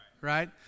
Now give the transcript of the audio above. right